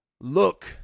Look